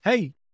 Hey